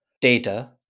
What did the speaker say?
data